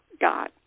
God